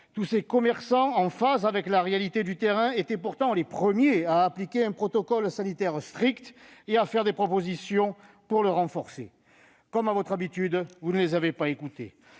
Tous ces commerçants en phase avec la réalité du terrain étaient pourtant les premiers à appliquer un protocole sanitaire strict et à faire des propositions pour le renforcer. Comme à votre habitude, vous ne les avez pas écoutés.